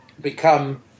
become